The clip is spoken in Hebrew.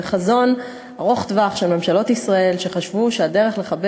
זה חזון ארוך טווח של ממשלות ישראל שחשבו שהדרך לחבר